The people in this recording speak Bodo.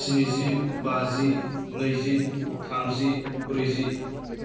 स्निजि बाजि नैजि थामजि ब्रैजि